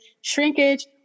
shrinkage